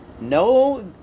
No